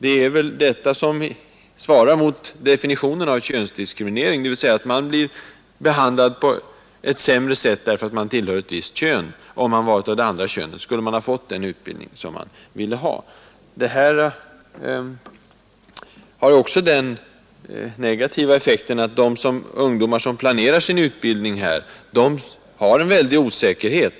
Ett förfarande som innebär, att man blir behandlad på ett sämre sätt därför att man tillhör ett visst kön, är vad man brukar kalla könsdiskriminering. Om man hade tillhört det andra könet skulle man ha fått den utbildning som man ville ha. Metoden har också den negativa effekten att de ungdomar som planerar sin utbildning känner en stor osäkerhet.